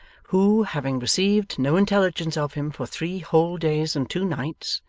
who, having received no intelligence of him for three whole days and two nights,